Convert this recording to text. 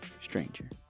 stranger